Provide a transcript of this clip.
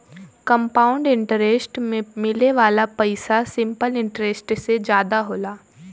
compound interest में मिले वाला पइसा सिंपल इंटरेस्ट से जादा होला